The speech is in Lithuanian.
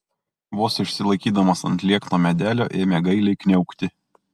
vos išsilaikydamas ant liekno medelio ėmė gailiai kniaukti